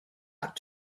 out